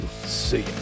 See